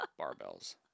barbells